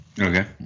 Okay